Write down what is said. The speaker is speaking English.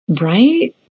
right